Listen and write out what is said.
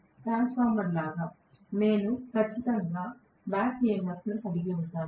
transformer లాగా నేను ఖచ్చితంగా బ్యాక్ ఈమ్ఫ్ ని కలిగి ఉంటాను